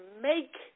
make